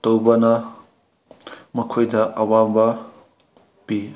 ꯇꯧꯕꯅ ꯃꯈꯣꯏꯗ ꯑꯋꯥꯕ ꯄꯤ